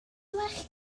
well